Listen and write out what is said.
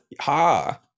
ha